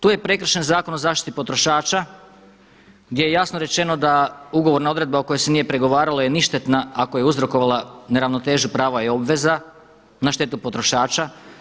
Tu je prekršen Zakon o zaštiti potrošača, gdje je jasno rečeno da ugovorna odredba o kojoj se nije pregovaralo je ništetna ako je uzrokovala neravnotežu prava i obveza na štetu potrošača.